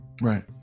Right